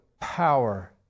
power